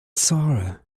sara